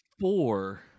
four